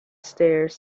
stairs